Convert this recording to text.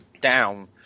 down